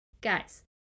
guys